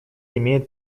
имеет